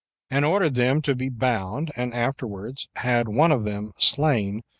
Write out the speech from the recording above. and ordered them to be bound, and afterwards had one of them slain,